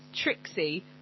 Trixie